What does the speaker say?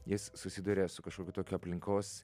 jis susiduria su kažkokiu tokiu aplinkos